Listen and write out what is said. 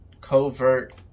covert